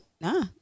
Nah